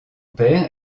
père